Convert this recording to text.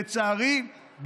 לצערי,